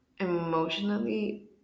emotionally